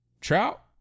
Trout